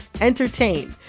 entertain